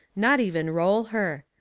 not even roll her.